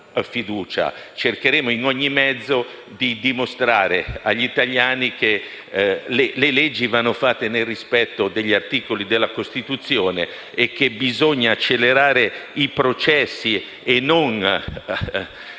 tenteremo con ogni mezzo di dimostrare agli italiani che le leggi vanno fatte nel rispetto degli articoli della Costituzione e che bisogna accelerare i processi.